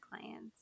clients